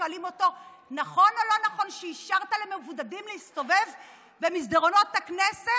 שואלים אותו: נכון או לא נכון שאישרת למבודדים להסתובב במסדרונות הכנסת,